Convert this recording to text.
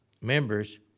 members